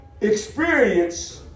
experience